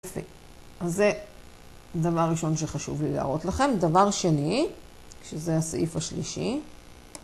אז זה הדבר ראשון שחשוב לי להראות לכם, דבר שני, שזה הסעיף השלישי.